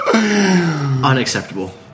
Unacceptable